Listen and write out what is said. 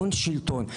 הון-שלטון.